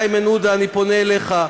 איימן עודה, אני פונה אליך: